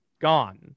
gone